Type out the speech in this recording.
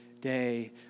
day